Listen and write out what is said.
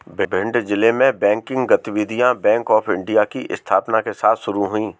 भिंड जिले में बैंकिंग गतिविधियां बैंक ऑफ़ इंडिया की स्थापना के साथ शुरू हुई